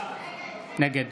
נגד